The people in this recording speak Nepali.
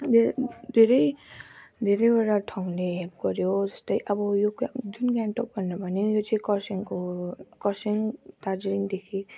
धे धेरै धेरैवटा ठाउँले हेल्प गर्यो जस्तै अब यो गेङ्ग जुन गान्तोक भनेर भन्यो नि यो चाहिँ कर्सियङको हो कर्सियङ दार्जिलिङदेखि